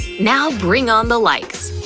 now bring on the likes!